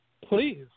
Please